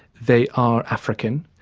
they are african,